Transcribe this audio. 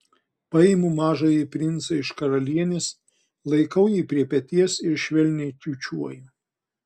paimu mažąjį princą iš karalienės laikau jį prie peties ir švelniai čiūčiuoju